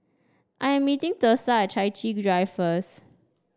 I am meeting Thursa Chai Chee Drive first